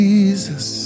Jesus